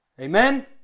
Amen